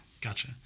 Gotcha